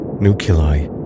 nuclei